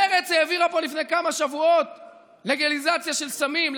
מרצ העבירה פה לפני כמה שבועות לגליזציה של סמים,